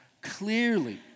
clearly